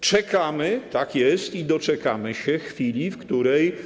Czekamy, tak jest, i doczekamy się chwili, w której.